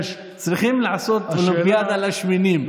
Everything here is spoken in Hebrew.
צריכים לעשות אולימפיאדה לשמנים.